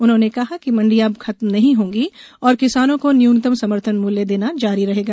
उन्होंने कहा कि मंडियां खत्म नहीं होंगी और किसानों को न्यूनतम समर्थन मूल्य देना जारी रहेगा